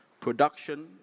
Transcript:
production